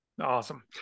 awesome